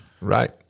Right